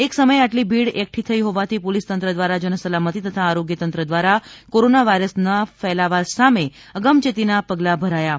એક સમયે આટલી ભીડ એકઠી થઈ હોવાથી પોલિસ તંત્ર દ્વારા જન સલામતી તથા આરોગ્ય તંત્ર દ્વારા કોરોના વાયરસ ના ફેલાવા સામે અગમયેતી ના પગલાં ભરાયા છે